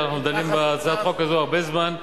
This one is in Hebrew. אנחנו דנים בהצעת החוק הזו הרבה זמן.